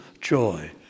joy